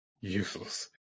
useless